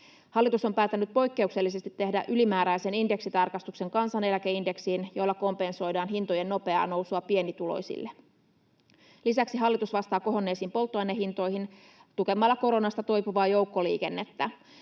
Hallitus on päättänyt poikkeuksellisesti tehdä ylimääräisen indeksitarkastuksen kansaneläkeindeksiin, jolla kompensoidaan hintojen nopeaa nousua pienituloisille. Lisäksi hallitus vastaa kohonneisiin polttoainehintoihin tukemalla koronasta toipuvaa joukkoliikennettä.